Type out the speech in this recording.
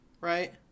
right